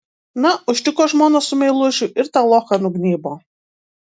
na užtiko žmoną su meilužiu ir tą lochą nugnybo